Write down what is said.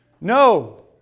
No